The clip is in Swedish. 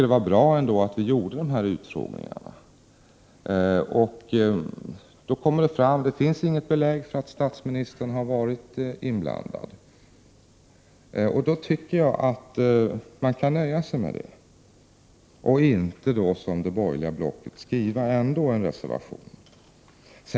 Det var ändå bra att vi gjorde de här utfrågningarna. Det kom fram att det inte finns något belägg för att statsministern har varit inblandad. Därför tycker jag att man kan nöja sig med det och inte, som det borgerliga blocket, ändå skriva en reservation.